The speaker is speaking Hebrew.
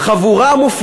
הוא מתחמק כל הזמן.